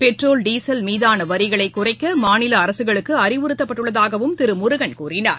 petrol diesel மீதானவரிகளைகுறைக்கமாநிலஅரசுகளுக்குஅறிவுறுத்தப்பட்டுள்ளதாகவும் திருமுருகன் கூறினார்